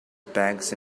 bags